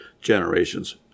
generations